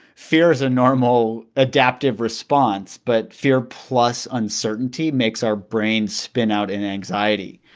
fear is a normal adaptive response, but fear plus uncertainty makes our brains spin out in anxiety.